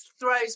throws